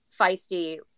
feisty